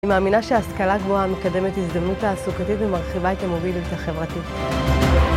אני מאמינה שהשכלה גבוהה מקדמת הזדמנות תעסוקתית ומרחיבה את המוביליות החברתית